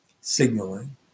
signaling